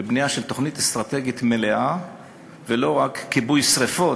התחלנו בבנייה של תוכנית אסטרטגית מלאה ולא רק כיבוי שרפות,